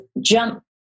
jump